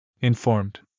Informed